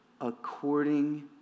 according